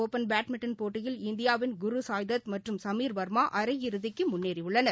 open badminton போட்டியில் இந்தியாவின் குருசாய்தத் மற்றும் ஐதராபாத் சமீர்வர்மாஅரையிறுதிக்குமுன்னேறியுள்ளனர்